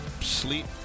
sleep